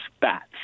bats